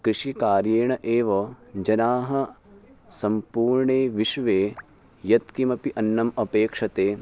कृषिकार्येण एव जनाः सम्पूर्णे विश्वे यत्किमपि अन्नम् अपेक्ष्यते